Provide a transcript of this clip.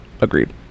agreed